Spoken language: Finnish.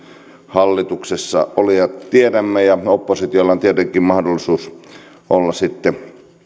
hallituksessa olijat tiedämme ja oppositiolla on tietenkin mahdollisuus olla sitten